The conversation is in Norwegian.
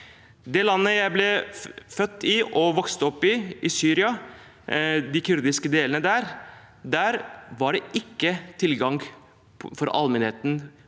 det landet jeg ble født og vokste opp – Syria, de kurdiske delene der – var det ikke tilgang for allmennheten